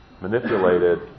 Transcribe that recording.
manipulated